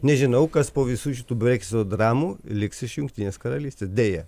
nežinau kas po visų šitų breksito dramų liks iš jungtinės karalystės deja